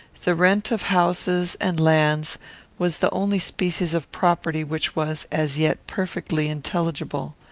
the rent of houses and lands was the only species of property which was, as yet, perfectly intelligible.